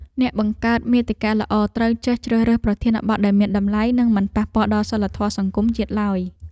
អ្នកបង្កើតមាតិកាល្អត្រូវចេះជ្រើសរើសប្រធានបទដែលមានតម្លៃ និងមិនប៉ះពាល់ដល់សីលធម៌សង្គមជាតិឡើយ។